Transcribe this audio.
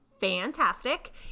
fantastic